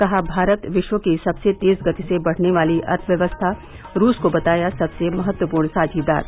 कहा भारत विष्व की सबसे तेज गति से बढ़ने वाली अर्थव्यवस्था रूस को बताया सबसे महत्वपूर्ण साझीदार